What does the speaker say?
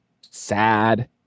sad